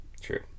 True